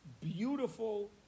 beautiful